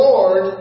Lord